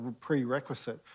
prerequisite